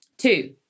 two